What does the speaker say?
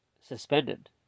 suspended